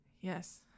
yes